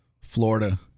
Florida